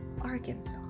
Arkansas